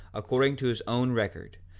according to his own record,